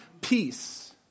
peace